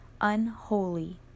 unholy